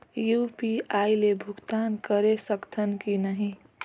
UPI ले भुगतान करे सकथन कि नहीं?